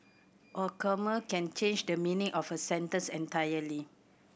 a comma can change the meaning of a sentence entirely